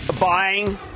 buying